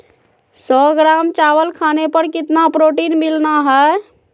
सौ ग्राम चावल खाने पर कितना प्रोटीन मिलना हैय?